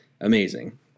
Amazing